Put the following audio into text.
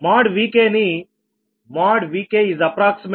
Vkని Vk≈1